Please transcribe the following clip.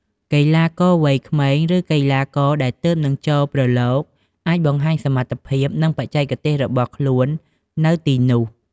កីឡាករវ័យក្មេង ឬកីឡាករដែលទើបនឹងចូលប្រឡូក អាចបង្ហាញសមត្ថភាព និងបច្ចេកទេសរបស់ខ្លួននៅទីនោះ។